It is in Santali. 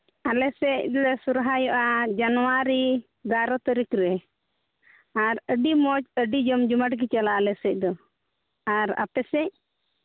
ᱟᱞᱮ ᱥᱮᱫ ᱞᱮ ᱥᱚᱦᱚᱨᱟᱭᱚᱜᱼᱟ ᱡᱟᱱᱩᱣᱟᱨᱤ ᱵᱟᱨᱚ ᱛᱟᱹᱨᱤᱠᱷ ᱨᱮ ᱟᱨ ᱟᱹᱰᱤ ᱢᱚᱡᱽ ᱟᱹᱰᱤ ᱡᱚᱢ ᱡᱚᱢᱟᱴ ᱜᱮ ᱪᱟᱞᱟᱜᱼᱟ ᱟᱞᱮ ᱥᱮᱫ ᱫᱚ ᱟᱨ ᱟᱯᱮ ᱥᱮᱫ